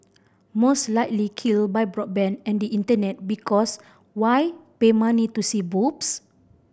most likely killed by broadband and the Internet because why pay money to see boobs